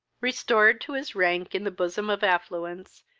restored to his rank in the bosom of affluence,